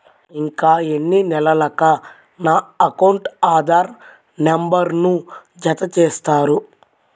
ఇంకా ఎన్ని నెలలక నా అకౌంట్కు ఆధార్ నంబర్ను జత చేస్తారు?